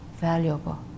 valuable